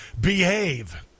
behave